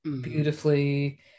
beautifully